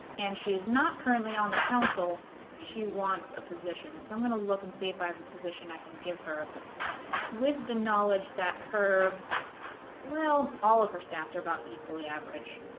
and she is not currently on the council she wants a position so i'm gonna look and see if i have a position i can give her with the knowledge that her well all of her stats are about equally average